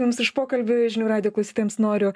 jums už pokalbį žinių radijo klausytojams noriu